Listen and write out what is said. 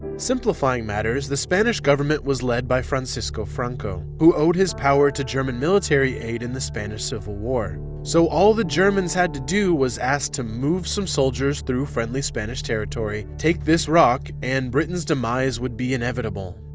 simplifying matters, the spanish government was led by francisco franco, who owed his power to german military aid in the spanish civil war. so all the germans had to do was ask to move some soldiers through friendly spanish territory, take this rock, and britain's demise would be inevitable.